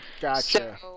Gotcha